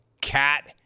Cat